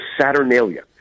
saturnalia